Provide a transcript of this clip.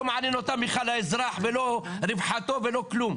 לא מעניין אותם בכלל האזרח ולא רווחתו ולא כלום.